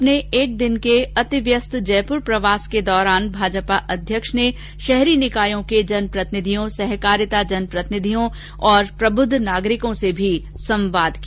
अपने एक दिवसीय अपने अतिव्यस्त जयपूर प्रवास में भाजपा अध्यक्ष ने शहरी निकायों के जनप्रतिनिधियों सहकारिता जनप्रतिनिधियों तथा प्रबुद्ध नागरिकों से भी संवाद किया